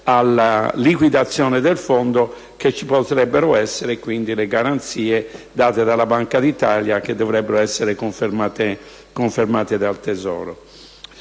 alla liquidazione del Fondo, ci potrebbero essere le garanzie date dalla Banca d'Italia, che dovrebbero essere confermate dal Tesoro.